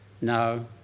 No